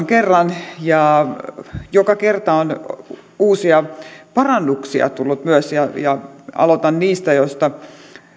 kerran joka kerta on myös uusia parannuksia tullut ja aloitan niistä joista